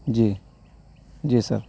جی جی سر